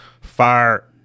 fire